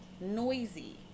noisy